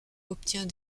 obtient